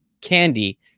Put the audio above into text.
candy